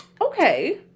Okay